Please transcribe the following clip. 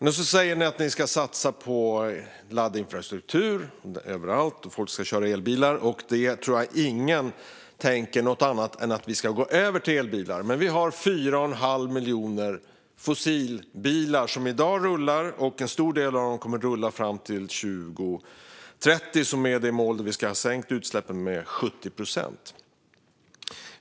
Nu säger ni att ni ska satsa på laddinfrastruktur överallt, och folk ska köra elbilar. Jag tror inte att någon tänker något annat än att vi ska gå över till elbilar. Men vi har i dag 4 1⁄2 miljoner fossilbilar som rullar, och en stor del av dem kommer att rulla fram till 2030, som är det år då målet är att vi ska ha sänkt utsläppen med 70 procent.